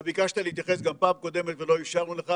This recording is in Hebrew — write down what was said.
אתה ביקשת להתייחס גם בפעם הקודמת ולא אפשרנו לך,